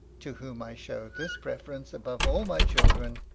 to whom i show this preference, above all my children,